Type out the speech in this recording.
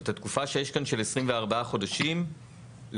את התקופה שיש כאן של 24 חודשים להאריך.